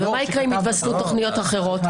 ומה יקרה אם יבטלו תכניות אחרות?